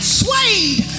swayed